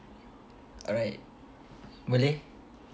alright boleh